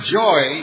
joy